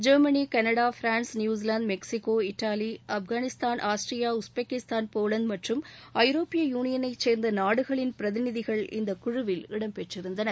Germany Canada France New Zealand Mexico Italy Afghanistan Austria Uzbekistan Poland மற்றும் ஐரோப்பிய யூளியனைச் சேர்ந்த நாடுகளின் பிரதிநிதிகள் இந்த குழுவில் இடம்பெற்றிருந்தனர்